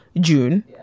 June